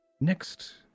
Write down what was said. next